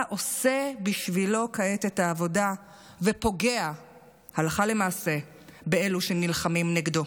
אתה עושה בשבילו כעת את העבודה ופוגע הלכה למעשה באלו שנלחמים נגדו?